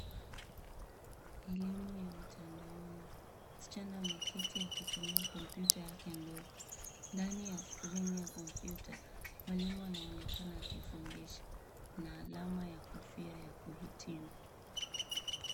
Elimu ya mtandaoni, msichana ameketi akitumia kompyuta yake ndogo. Ndani ya skrini ya kompyuta, Mwalimu anaonekana akifundisha. Kuna alama ya kofia ya kuhitimu.